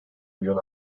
milyon